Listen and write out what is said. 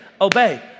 obey